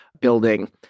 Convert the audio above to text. building